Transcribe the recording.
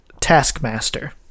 Taskmaster